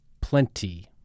Plenty